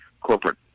corporate